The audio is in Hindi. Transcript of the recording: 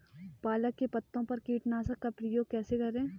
पालक के पत्तों पर कीटनाशक का प्रयोग कैसे करें?